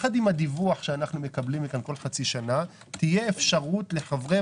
ביחד עם הדיווח שאנחנו מקבלים כאן פעם בחצי שנה תהיה אפשרות לחברי